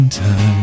time